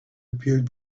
appeared